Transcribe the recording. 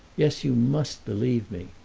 yes, you must believe me.